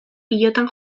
pilotan